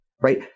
right